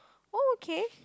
oh okay